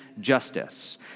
justice